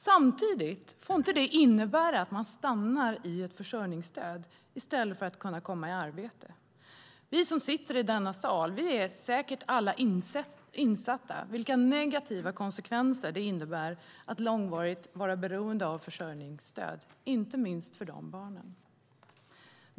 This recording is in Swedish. Samtidigt får det inte innebära att man stannar i ett försörjningsstöd i stället för att kunna komma i arbete. Vi som sitter i denna sal är säkert alla insatta i vilka negativa konsekvenser det innebär att långvarigt vara beroende av försörjningsstöd, inte minst för barnen.